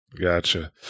Gotcha